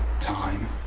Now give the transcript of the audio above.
time